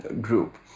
group